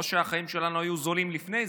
לא שהחיים שלנו היו זולים לפני זה,